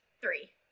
Three